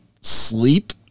sleep